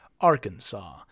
Arkansas